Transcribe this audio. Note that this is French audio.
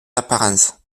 d’apparence